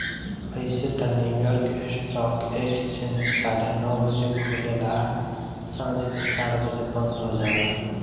अइसे त New York stock exchange साढ़े नौ बजे खुलेला आ सांझ के चार बजे बंद हो जाला